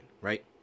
right